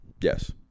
Yes